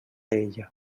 ella